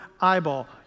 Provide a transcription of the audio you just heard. eyeball